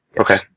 Okay